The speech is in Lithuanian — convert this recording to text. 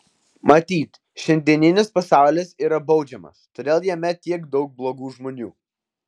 matyt šiandieninis pasaulis yra baudžiamas todėl jame tiek daug blogų žmonių